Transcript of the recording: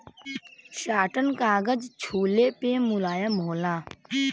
satin कागज छुले पे मुलायम होला